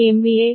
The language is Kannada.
6 KV ಆಗಿದೆ